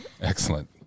excellent